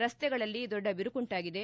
ರಸ್ತೆಗಳಲ್ಲಿ ದೊಡ್ಡ ಬಿರುಕುಂಟಾಗಿದೆ